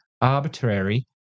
arbitrary